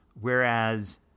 Whereas